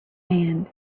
hand